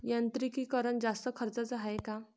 यांत्रिकीकरण जास्त खर्चाचं हाये का?